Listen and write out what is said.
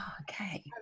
okay